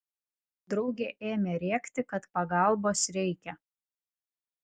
draugė ėmė rėkti kad pagalbos reikia